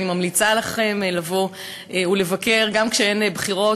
אני ממליצה לכם לבוא ולבקר גם כשאין בחירות.